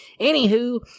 Anywho